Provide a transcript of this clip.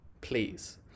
please